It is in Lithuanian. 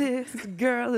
tai gerai